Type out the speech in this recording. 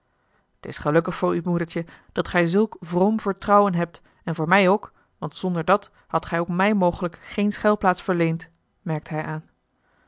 t is gelukkig voor u moedertje dat gij zulk vroom vertrouwen hebt en voor mij ook want zonder dat hadt gij ook mij mogelijk geene schuilplaats verleend merkte hij aan